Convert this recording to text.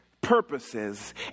purposes